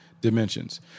dimensions